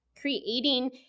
creating